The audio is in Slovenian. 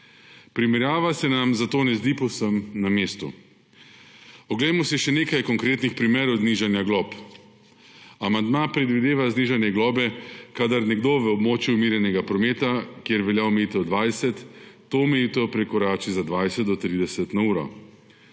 Primerjava se nam zato ne zdi povsem na mestu. Oglejmo si še nekaj konkretnih primerov znižanja glob. Amandma predvideva znižanje globe, kadar nekdo v območju umirjenega prometa, kjer velja omejitev 20, to omejitev prekorači za 20 do 30